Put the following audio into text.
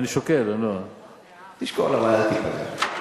תשקול, אבל אל תיפגע.